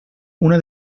una